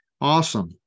Awesome